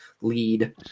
lead